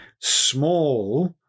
small